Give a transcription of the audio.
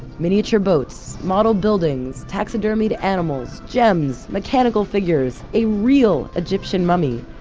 miniature boats, modeled buildings, taxidermied animals, gems, mechanical figures, a real egyptian mummy,